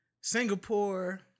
Singapore